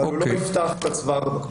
אבל הוא יפתח את צוואר הבקבוק.